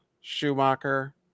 schumacher